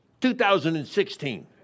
2016